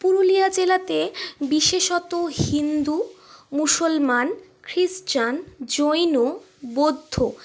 পুরুলিয়া জেলাতে বিশেষত হিন্দু মুসলমান খ্রিস্টান জৈন বৌদ্ধ